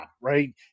right